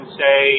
say